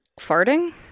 farting